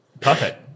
perfect